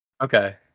Okay